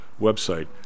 website